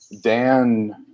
Dan